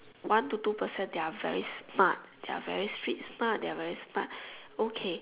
one to two percent they are very smart they are very street smart they are smart okay